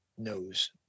knows